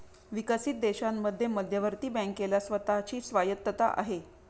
विकसित देशांमध्ये मध्यवर्ती बँकेला स्वतः ची स्वायत्तता आहे